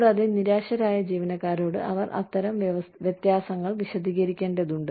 കൂടാതെ നിരാശരായ ജീവനക്കാരോട് അവർ അത്തരം വ്യത്യാസങ്ങൾ വിശദീകരിക്കേണ്ടതുണ്ട്